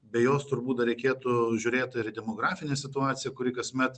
be jos turbūt dar reikėtų žiūrėt ir į demografinę situaciją kuri kasmet